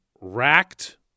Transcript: racked